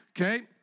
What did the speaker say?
Okay